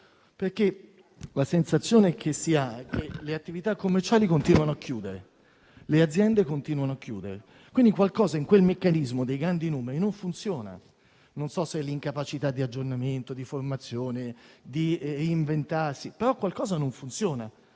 perché la sensazione che si ha è che le attività commerciali e le aziende continuino a chiudere; quindi, qualcosa in quel meccanismo dei grandi numeri non funziona; non so se sia l'incapacità di aggiornamento, di formazione, di reinventarsi, però qualcosa non funziona.